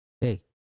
Hey